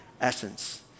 essence